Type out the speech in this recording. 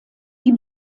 die